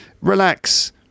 Relax